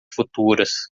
futuras